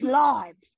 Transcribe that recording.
live